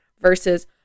versus